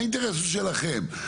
האינטרס הוא שלכם.